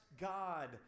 God